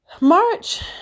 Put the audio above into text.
March